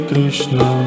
Krishna